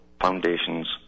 foundations